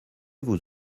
vous